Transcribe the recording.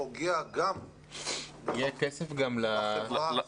זה פוגע גם בחברה הערבית.